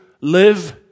live